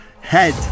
head